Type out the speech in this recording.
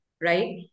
right